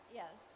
yes